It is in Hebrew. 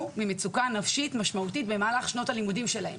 ממצוקה נפשית משמעותית במהלך שנות הלימודים שלהם,